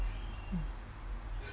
mm